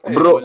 Bro